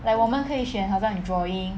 like 我们可以选好像 drawing